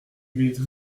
louise